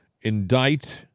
indict